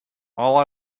all